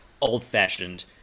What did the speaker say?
old-fashioned